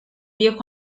viejo